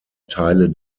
teile